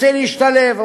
רוצה להשתלב,